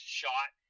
shot